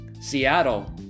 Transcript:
Seattle